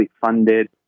funded